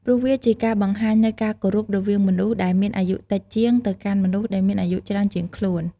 ព្រោះវាជាការបង្ហាញនូវការគោរពរវាងមនុស្សដែលមានអាយុតិចជាង ទៅកាន់មនុស្សដែលមានអាយុច្រើនជាងខ្លួន។